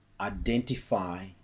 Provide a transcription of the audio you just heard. identify